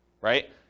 right